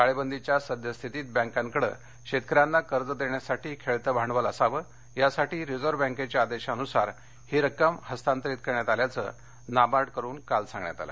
टाळेबंदीच्या सद्यस्थितीत बँकांकडे शेतकऱ्यांना कर्ज देण्यासाठी खेळतं भांडवल असावं यासाठी रिझर्व बँकेच्या निर्देशानुसार ही रक्कम हस्तांतरित करण्यात आल्याचं नाबार्डकडून काल सांगण्यात आलं